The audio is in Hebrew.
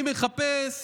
אני מחפש